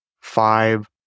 five